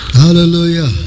hallelujah